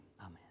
amen